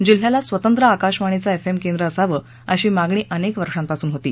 जिल्ह्याला स्वतंत्र आकाशवाणीच एफ एम केंद्र असावं अशी मागणी अनेक वर्षांपासून होती